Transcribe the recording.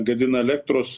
gadina elektros